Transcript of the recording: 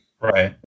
Right